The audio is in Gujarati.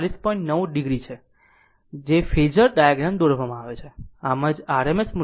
9 o છે છે ફેઝર ડાયાગ્રામ દોરવામાં આવે છે આમ જ RMS મૂલ્ય લેવામાં આવે છે